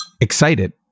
excited